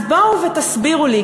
אז בואו ותסבירו לי,